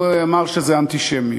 הוא אמר שזה אנטישמיות.